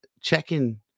checking